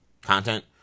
content